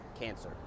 cancer